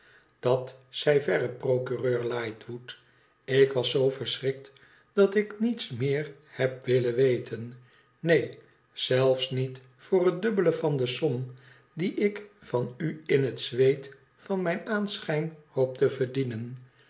dat zij verre procureur lightwood ik was zoo verschrikt dat ik niets meer heb willen weten neen zelfs niet voor het dubbele van de som die ik van u in het zweet van mijn aanschijn hoop te verdienen